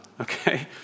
Okay